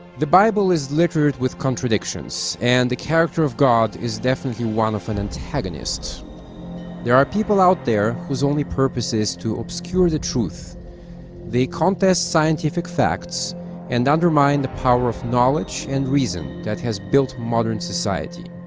the bible is littered with contradictions and the character of god is definitely one of an antagonist there are people out there whose only purpose is to obscure the truth they contest scientific facts and undermine the power of knowledge and reason that has built modern society